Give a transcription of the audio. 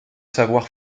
savoir